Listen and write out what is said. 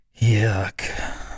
Yuck